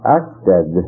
acted